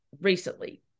recently